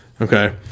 Okay